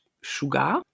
sugar